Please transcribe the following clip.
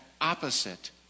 opposite